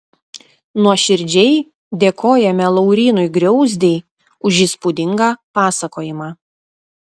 nuoširdžiai dėkojame laurynui griauzdei už įspūdingą pasakojimą